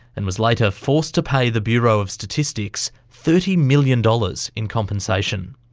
and was later forced to pay the bureau of statistics thirty million dollars in compensation.